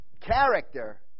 character